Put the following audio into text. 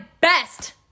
best